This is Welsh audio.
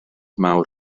mawr